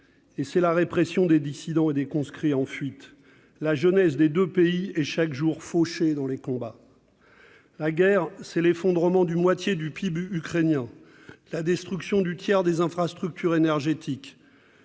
et la répression des dissidents et des conscrits en fuite. Chaque jour, la jeunesse des deux pays est fauchée dans les combats. La guerre, c'est l'effondrement de moitié du PIB ukrainien, la destruction du tiers des infrastructures énergétiques.